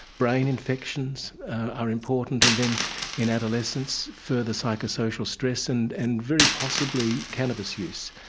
brain infections are important and then in adolescence further psycho-social stress and and very possibly cannabis use.